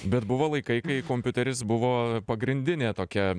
bet buvo laikai kai kompiuteris buvo pagrindinė tokia